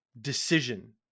decision